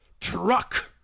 truck